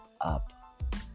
up